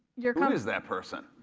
your comm who is that person?